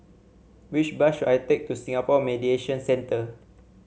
which bus should I take to Singapore Mediation Centre